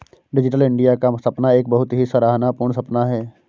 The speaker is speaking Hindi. डिजिटल इन्डिया का सपना एक बहुत ही सराहना पूर्ण सपना है